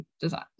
design